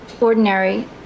ordinary